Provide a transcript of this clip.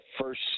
first